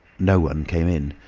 no one came in,